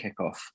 kickoff